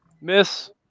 Miss